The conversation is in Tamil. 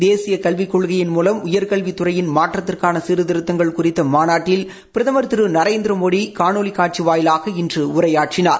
தேசியக் கல்விக் கொள்கையின் மூலம் உயர்கல்வித் துறையின் மாற்றத்திற்கான சீாதிருத்தங்கள் குறித்த மாநாட்டில் பிரதமர் திரு நரேந்திரமோடி காணொலி காட்சி வாயிலாக இன்று உரையாற்றினார்